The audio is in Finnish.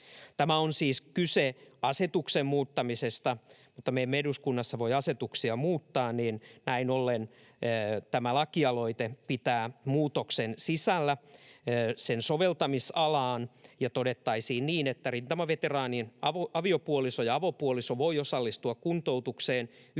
Tässä on siis kyse asetuksen muuttamisesta, mutta me emme eduskunnassa voi asetuksia muuttaa. Näin ollen tämä lakialoite pitää sisällään muutoksen asetuksen soveltamisalaan, jossa todettaisiin näin: ”Rintamaveteraanin aviopuoliso ja avopuoliso voi osallistua kuntoutukseen yhdessä